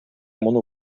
муну